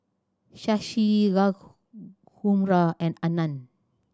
Shashi Raghuram and Anand